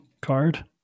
card